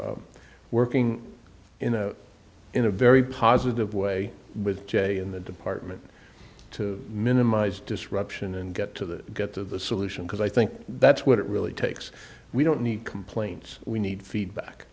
for working in a very positive way with jay in the department to minimize disruption and get to the get to the solution because i think that's what it really takes we don't need complaints we need feedback